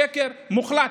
שקר מוחלט.